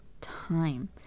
time